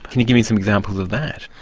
can you give me some examples of that?